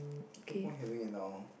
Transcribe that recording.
no point having it now